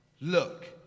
Look